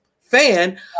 fan